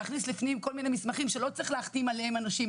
להכניס לפנים כל מיני מסמכים שלא צריך להחתים עליהם אנשים,